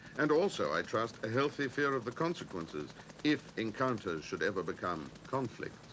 and also, i trust, a healthy fear of the consequences if encounters should ever become conflict.